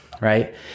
right